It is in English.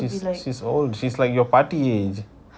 she's she's old she's like your பாட்டி:paati age